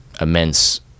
immense